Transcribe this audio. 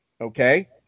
okay